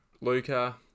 Luca